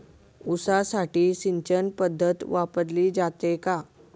ऊसासाठी सिंचन पद्धत वापरली जाते का?